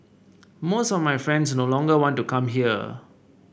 most of my friends no longer want to come here